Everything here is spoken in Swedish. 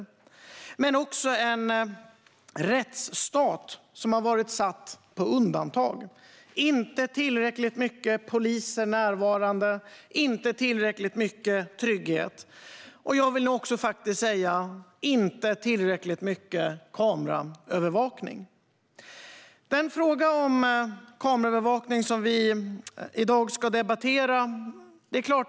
Men det är också områden där rättsstaten varit satt på undantag - inte tillräckligt många poliser närvarande, inte tillräckligt mycket trygghet och, vill jag faktiskt säga, inte tillräckligt mycket kameraövervakning. Det är frågan om kameraövervakning som vi ska debattera i dag.